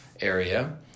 area